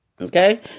Okay